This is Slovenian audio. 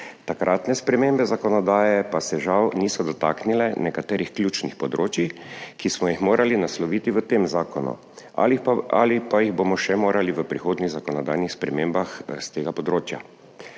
Takratne spremembe zakonodaje pa se žal niso dotaknile nekaterih ključnih področij, ki smo jih morali nasloviti v tem zakonu ali pa jih bomo še morali v prihodnjih zakonodajnih spremembah s tega področja.